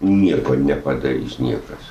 nieko nepadarys niekas